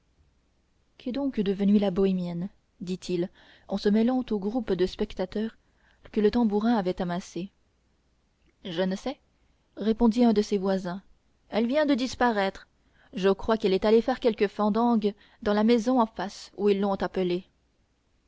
qu'est donc devenue la bohémienne dit-il en se mêlant au groupe de spectateurs que le tambourin avait amassés je ne sais répondit un de ses voisins elle vient de disparaître je crois qu'elle est allée faire quelque fandangue dans la maison en face où ils l'ont appelée